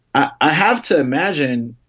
i have to imagine,